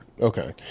Okay